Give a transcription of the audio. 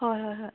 ꯍꯣꯏ ꯍꯣꯏ ꯍꯣꯏ